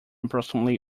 approximately